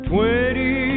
Twenty